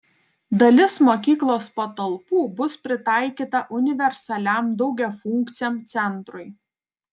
dalis mokyklos patalpų bus pritaikyta universaliam daugiafunkciam centrui